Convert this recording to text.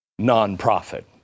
nonprofit